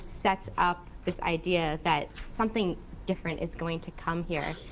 sets up this idea that something different is going to come here.